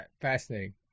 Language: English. Fascinating